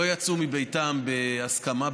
לא יצאו מביתם בהסכמה,